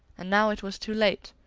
and now it was too late.